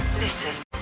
listen